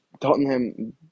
Tottenham